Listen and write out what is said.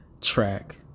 track